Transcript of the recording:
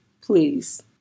please